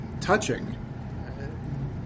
touching